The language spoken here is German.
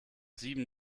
sieben